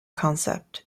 concept